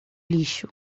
lixo